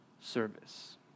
service